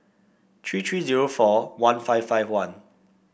three three zero four one five five one